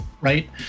right